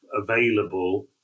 available